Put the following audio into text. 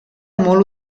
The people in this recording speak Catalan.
molt